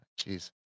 Jeez